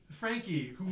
Frankie